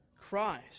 Christ